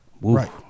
Right